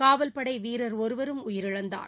காவல்படை வீரர் ஒருவரும் உயிரிழந்தார்